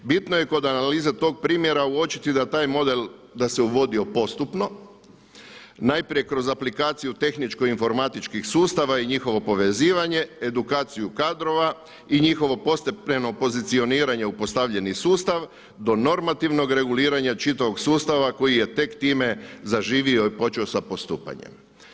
Bitno je kod analize tog primjera uočiti da taj model, da se uvodio postupno, najprije kroz aplikaciju tehničko informatičkih sustava i njihovo povezivanje, edukaciju kadrova i njihovo postepeno pozicioniranje u postavljeni sustav do normativnog reguliranja čitavog sustava koji je tek time zaživio i počeo sa postupanjem.